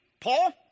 Paul